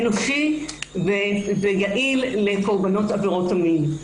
אנושי ויעיל לקורבנות עבירות המין.